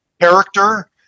character